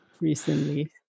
recently